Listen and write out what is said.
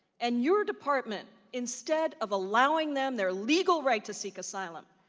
and your department, instead of allowing them their legal right to seek asylum,